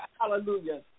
Hallelujah